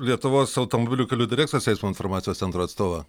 lietuvos automobilių kelių direkcijos eismo informacijos centro atstovą